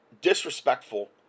disrespectful